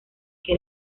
que